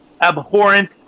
abhorrent